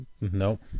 Nope